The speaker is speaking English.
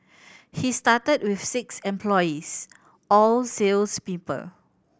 he started with six employees all sales people